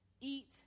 eat